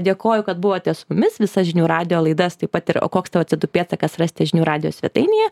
dėkoju kad buvote su mumis visas žinių radijo laidas taip pat ir o koks tavo cė o du pėdsakas rasite žinių radijo svetainėje